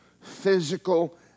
physical